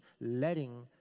letting